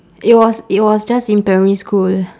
it was it was just in primary school